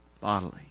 Bodily